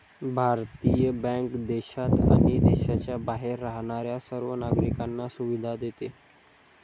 भारतीय बँक देशात आणि देशाच्या बाहेर राहणाऱ्या सर्व नागरिकांना सुविधा देते